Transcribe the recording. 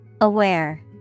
Aware